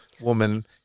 woman